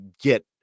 get